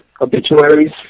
obituaries